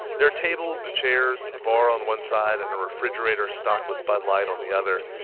there are tables and chairs, a bar on one side and a refrigerator stocked with bud light on the other.